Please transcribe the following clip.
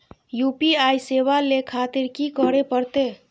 UPI सेवा ले खातिर की करे परते?